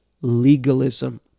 legalism